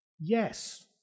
Yes